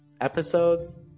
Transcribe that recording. episodes